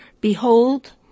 behold